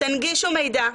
תנגישו מידע,